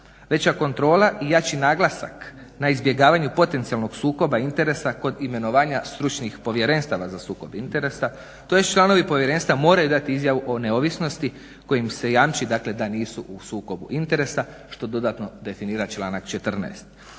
Veća kontrola i jači naglasak na izbjegavanju potencijalnog sukoba interesa kod imenovanja stručnih povjerenstava za sukob interesa, tj. članovi povjerenstva moraju dati izjavu o neovisnosti kojim se jamči, dakle da nisu u sukobu interesa što dodatno definira članak 14.